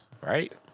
Right